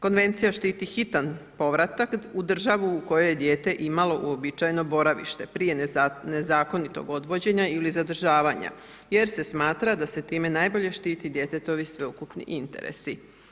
Konvencija štiti hitan povratak u državu u kojoj je dijete imalo uobičajeno boravište prije nezakonitog odvođenja ili zadržavanja jer se smatra da se time najbolje štiti djetetovi sveukupni interesi.